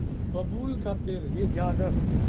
قبول کا پیڑ یہ زیادہ ہوتا ہے